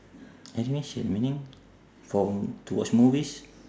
animation meaning from to watch movies